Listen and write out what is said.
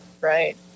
Right